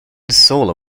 solar